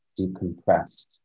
decompressed